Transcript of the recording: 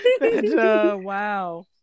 Wow